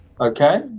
Okay